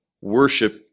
worship